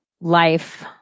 life